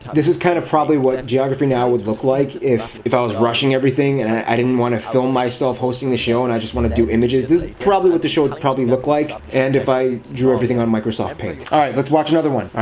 this is kind of probably what geography now would look like if if i was rushing everything and i didn't want to film myself hosting the show and i just wanted to do images. this is probably what the show would probably look like. and if i drew everything on microsoft paint. alright, let's watch another one.